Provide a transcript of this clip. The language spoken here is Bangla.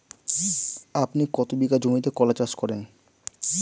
আপনি কত বিঘা জমিতে কলা চাষ করেন?